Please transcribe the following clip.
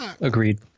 Agreed